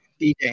DJ